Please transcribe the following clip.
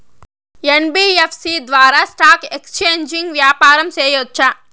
NBFC ద్వారా stock exchange వ్యాపారం సేయొచ్చా?